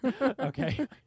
okay